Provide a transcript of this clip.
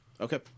Okay